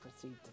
proceed